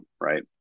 Right